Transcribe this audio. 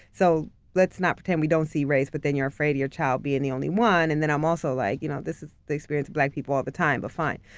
so let's not pretend we don't see race, but then you're afraid your child being the only one, and then i'm also like, you know this is the experience of black people all the time, but fine.